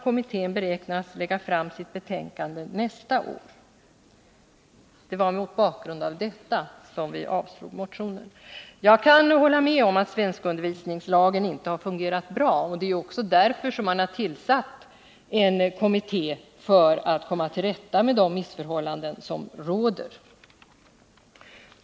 Kommittén beräknas lägga fram sitt betänkande nästa år.” Det var mot denna bakgrund som vi avstyrkte motionen. Jag kan hålla med om att svenskundervisningslagen inte fungerat bra, och det är också därför man har tillsatt en kommitté för att komma till rätta med de missförhållanden som råder.